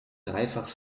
dreifach